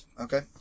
Okay